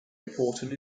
important